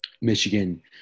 Michigan